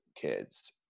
kids